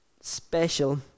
special